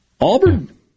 Auburn